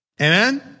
Amen